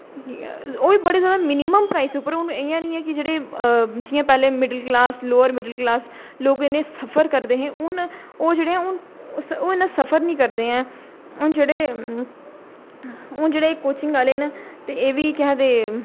ओह् बी बड़े ज्यादा मिनीमम प्राइज उप्पर हून इयां नेईं ऐ कि जेह्ड़े जियां पैह्लें middle class lower middle class लोक इन्ने सफर करदे हे हून ओह् जेह्ड़े ऐ हून ओह् इन्ना सफर नेईं करदे ऐ हून जेह्ड़े हून जेह्ड़े एह् कोचिंग आहले न ते एह् बी केह् आखदे